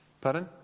Pardon